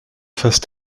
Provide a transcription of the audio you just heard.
phase